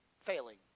failing